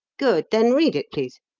good then read it, please.